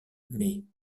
mais